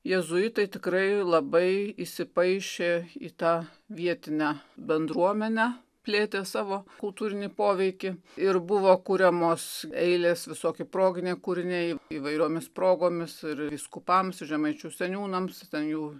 jėzuitai tikrai labai įsipaišė į tą vietinę bendruomenę plėtė savo kultūrinį poveikį ir buvo kuriamos eilės visokie proginiai kūriniai įvairiomis progomis ir vyskupams ir žemaičių seniūnams ten jų